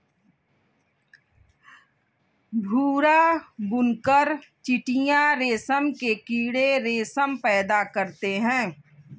भूरा बुनकर चीटियां रेशम के कीड़े रेशम पैदा करते हैं